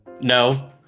No